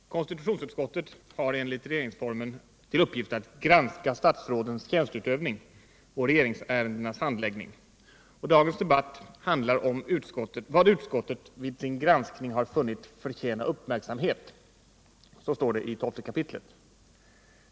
Herr talman! Konstitutionsutskottet har ju enligt regeringsformen till uppgift att ”granska statsrådens tjänsteutövning och regeringsärendenas handläggning”, och dagens debatt handlar om ”vad utskottet vid sin granskning har funnit förtjäna uppmärksamhet” , såsom det står i 12 kap.